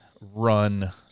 run